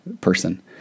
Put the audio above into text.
person